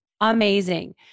amazing